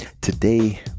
Today